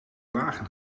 wagen